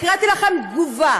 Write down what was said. הקראתי לכם תגובה